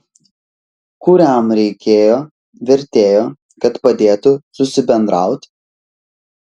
kuriam reikėjo vertėjo kad padėtų susibendraut